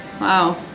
Wow